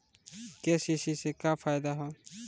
KCC से का फायदा ह?